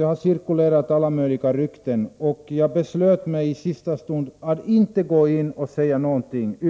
avslutas, och alla möjliga rykten har cirkulerat. Jag beslöt mig i sista stund för att inte säga någonting.